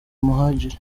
muhadjiri